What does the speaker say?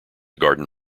garden